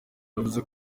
yavuze